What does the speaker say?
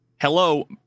Hello